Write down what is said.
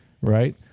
right